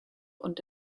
und